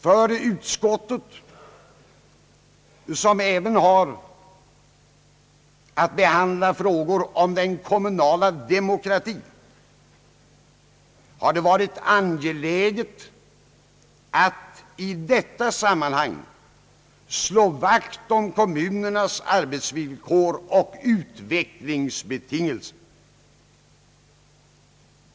Det åligger konstitutionsutskottet att även behandla frågor om den kommunala demokratin, och för oss har det varit angeläget att i detta sammanhang slå vakt om kommunernas arbetsvillkor och utvecklingsbetingelser.